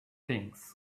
things